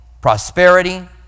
prosperity